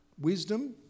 Wisdom